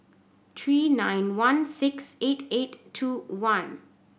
three nine one six eight eight two one